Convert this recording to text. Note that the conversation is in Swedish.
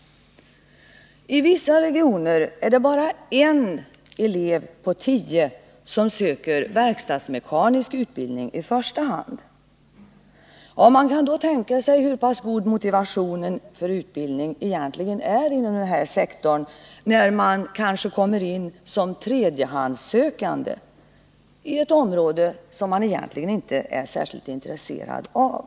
I vissa regioner är det bara en elev av tio som söker verkstadsmekanisk utbildning i första hand. Man kan då tänka sig hur god motivationen för utbildning inom denna sektor egentligen är när man kanske kommer in som tredjehandssö kande på ett område som man egentligen inte är speciellt intresserad av.